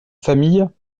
famille